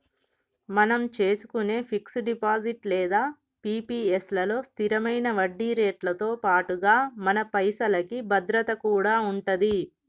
మనం చేసుకునే fix deposit లేదా పి.పి.ఎస్ లలో స్థిరమైన వడ్డీరేట్లతో పాటుగా మన పైసలకి భద్రత కూడా ఉంటది